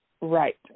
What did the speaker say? right